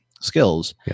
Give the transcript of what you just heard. skills